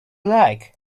like